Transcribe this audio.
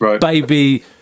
baby